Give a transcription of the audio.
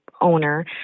owner